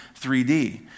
3D